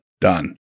Done